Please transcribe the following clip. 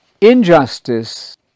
Injustice